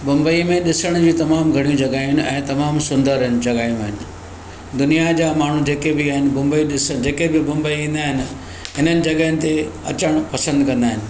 बंबईअ में ॾिसण जूं तमामु घणियूं जॻहयूं आहिनि ऐं तमामु सुंदर आहिनि जॻहियूं आहिनि दुनिआ जा माण्हू जेके बि आहिनि बुंबई ॾिस जेके बि बुंबई ईंदा आहिनि इन्हनि जॻहयुनि ते अचणु पसंदि कंदा आहिनि